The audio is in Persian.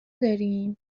داریم